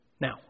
now